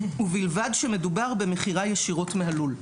ובלבד שמדובר במכירה ישירות מהלול.